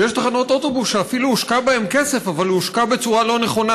ויש תחנות אוטובוס שאפילו הושקע בהן כסף אבל הוא הושקע בצורה לא נכונה,